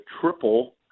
triple